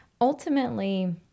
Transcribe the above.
Ultimately